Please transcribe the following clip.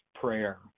prayer